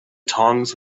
tongs